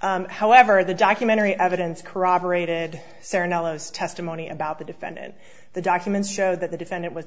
however the documentary evidence corroborated testimony about the defendant the documents show that the defendant was